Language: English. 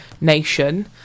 nation